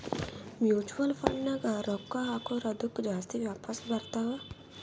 mutual ಫಂಡ್ನಾಗ್ ರೊಕ್ಕಾ ಹಾಕುರ್ ಅದ್ದುಕ ಜಾಸ್ತಿನೇ ವಾಪಾಸ್ ಬರ್ತಾವ್